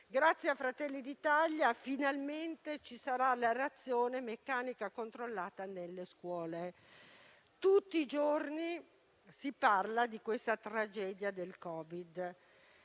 Grazie a Fratelli d'Italia, finalmente ci sarà l'aerazione meccanica controllata nelle scuole. Tutti i giorni si parla della tragedia del Covid-19.